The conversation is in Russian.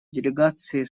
делегации